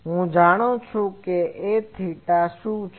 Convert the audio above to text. હું જાણું છું કે Aθ શું છે